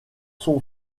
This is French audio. son